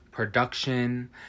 Production